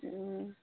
অঁ